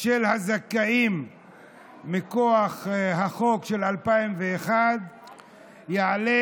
של הזכאים מכוח החוק של 2001 יעלה